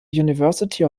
university